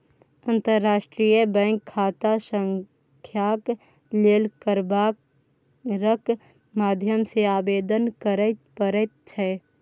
अंतर्राष्ट्रीय बैंक खाता संख्याक लेल कारबारक माध्यम सँ आवेदन करय पड़ैत छै